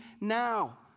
now